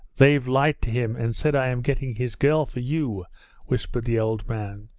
they've lied to him and said i am getting his girl for you whispered the old man.